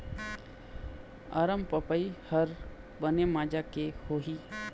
अरमपपई हर बने माजा के होही?